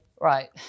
Right